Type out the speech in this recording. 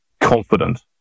confident